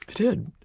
did.